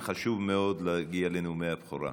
חשוב מאוד להגיע לנאומי הבכורה.